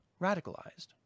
radicalized